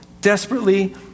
desperately